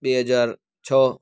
બે હજાર છ